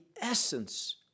essence